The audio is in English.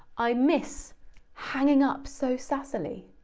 i miss hanging up so sassily.